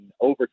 over